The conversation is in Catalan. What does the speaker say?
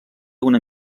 una